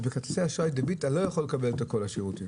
ואילו בכרטיסי דביט אתה לא יכול לקבל את כל השירותים.